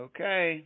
Okay